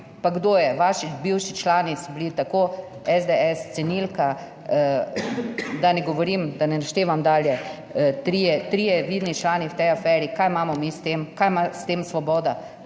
pa kdo je? Vaši bivši člani so bili tako SDS cenilka, da ne govorim, da ne naštevam dalje, trije, trije vidni člani v tej aferi, kaj imamo mi s tem? Kaj ima s tem svoboda.